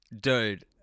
Dude